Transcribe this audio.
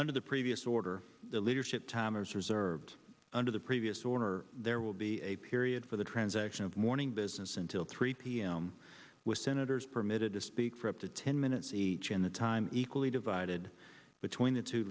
under the previous order the leadership timers reserved under the previous order there will be a period for the transaction of morning business until three p m with senators permitted to speak for up to ten minutes each and the time equally divided between the two